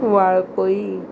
वाळपयी